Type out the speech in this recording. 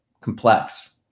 complex